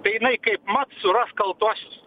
tai jinai kaipmat suras kaltuosius